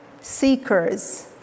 seekers